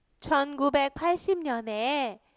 1980년에